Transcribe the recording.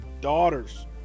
daughters